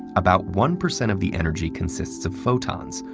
about one percent of the energy consists of photons,